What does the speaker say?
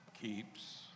keeps